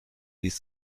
ließ